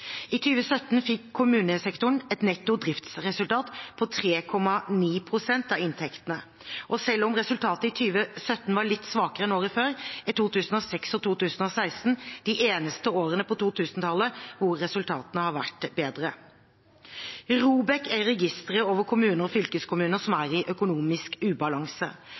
I 2017 fikk kommunesektoren et netto driftsresultat på 3,9 pst. av inntektene. Selv om resultatet i 2017 var litt svakere enn året før, er 2006 og 2016 de eneste årene på 2000-tallet hvor resultatene har vært bedre. ROBEK er registeret over kommuner og fylkeskommuner som er i økonomisk ubalanse.